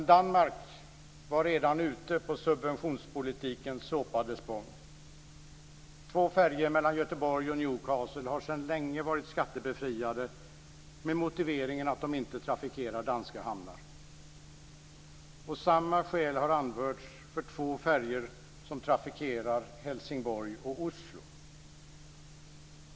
I Danmark var man redan ute på subventionspolitikens såpade spång. Två färjor i trafik mellan Göteborg och Newcastle har sedan länge varit skattebefriade med motiveringen att de inte trafikerar danska hamnar. Samma skäl har anförts för två färjor som trafikerar Helsingborg och Oslo.